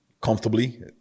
comfortably